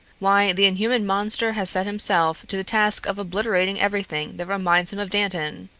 why, the inhuman monster has set himself to the task of obliterating everything that reminds him of dantan.